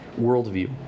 worldview